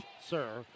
sir